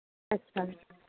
अच्छा